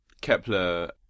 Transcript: Kepler